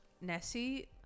Nessie